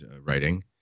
writing